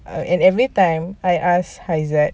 uh and everytime I ask haizat